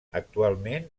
actualment